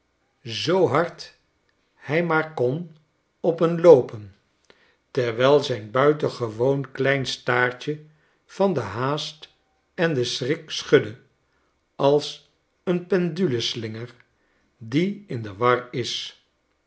amerika hard hij maar kon op n loopen terwijl zijn buiten gewoon klein staartje van de haast en den schrik schudde als een penduleslinger die in de war is